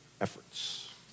efforts